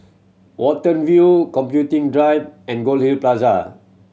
Watten View Computing Drive and Goldhill Plaza